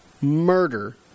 murder